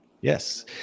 Yes